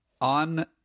on